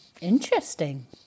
Interesting